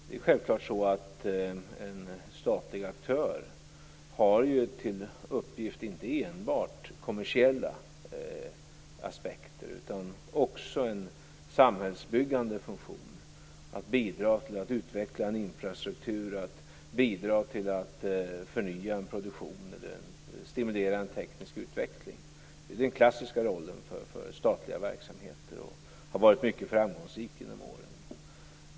Det är självfallet så att en statlig aktör inte enbart har att se till kommersiella aspekter utan också har en samhällsbyggande funktion - att bidra till att utveckla en infrastruktur, att bidra till att förnya en produktion eller att stimulera en teknisk utveckling. Det är den klassiska rollen för statliga verksamheter, och den har varit mycket framgångsrik genom åren.